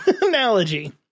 analogy